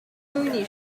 mooney